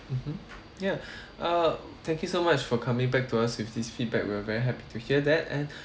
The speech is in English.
mmhmm ya uh thank you so much for coming back to us with this feedback we were very happy to hear that and